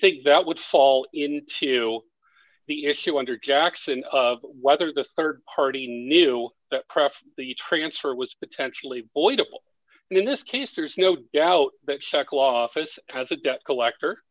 think that would fall into the issue under jackson of whether the rd party knew the transfer was potentially boy and in this case there's no doubt that nd law office has a debt collector